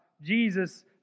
Jesus